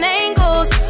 angles